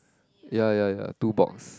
ya ya ya two box